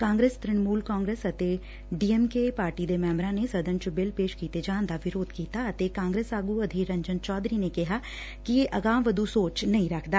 Congress Trinamool Congress ਅਤੇ D M K party ਦੇ ਮੈਂਬਰਾਂ ਨੇ ਸਦਨ ਚ ਬਿੱਲ ਪੇਸ਼ ਕੀਤੇ ਜਾਣ ਦਾ ਵਿਰੋਧ ਕੀਤਾ ਅਤੇ ਕਾਂਗਰਸ ਆਗੁ ਅਧੀਰ ਰੰਜਨ ਚੌਧਰੀ ਨੇ ਕਿਹਾ ਕਿ ਇਹ ਅਗਾਂਹਵਧੁ ਸੋਚ ਨਹੀਂ ਰੱਖਦਾ